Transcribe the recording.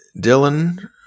Dylan